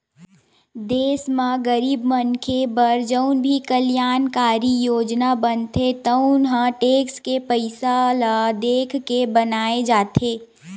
देस म गरीब मनखे बर जउन भी कल्यानकारी योजना बनथे तउन ह टेक्स के पइसा ल देखके बनाए जाथे